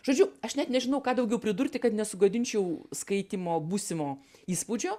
žodžiu aš net nežinau ką daugiau pridurti kad nesugadinčiau skaitymo būsimo įspūdžio